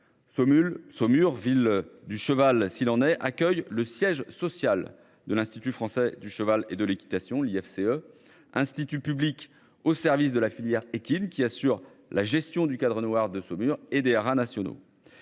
Saumur ville du cheval s'il en est accueille le siège social de l'institut français du cheval et de l'équitation FCE institut public au service de la filière équine qui assure la gestion du Cadre Noir de Saumur et des haras nationaux.